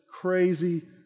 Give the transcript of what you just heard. crazy